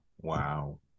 Wow